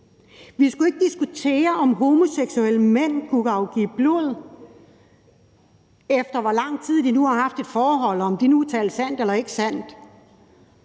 Vi skulle ikke diskutere, om homoseksuelle mænd kunne afgive blod, alt efter i hvor lang tid de havde haft et forhold og om de nu talte sandt eller ikke sandt.